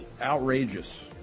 outrageous